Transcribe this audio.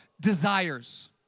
desires